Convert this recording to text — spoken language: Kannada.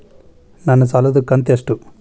ನನ್ನ ಸಾಲದು ಕಂತ್ಯಷ್ಟು?